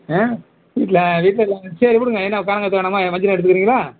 ம் வீட்டில் வீட்டில் சரி விடுங்க என்ன கானாங்கத்தை வேணாமா வஞ்சிரம் எடுத்துகிறிங்களா